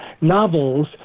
novels